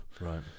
Right